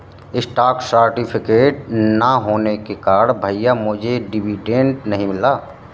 stock certificate ना होने के कारण भैया मुझे डिविडेंड नहीं मिला